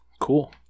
Cool